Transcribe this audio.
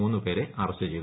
മൂന്നു പേരെ അറസ്റ്റ് ചെയ്തു